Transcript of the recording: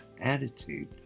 attitude